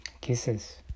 Kisses